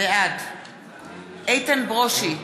בעד איתן ברושי,